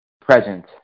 present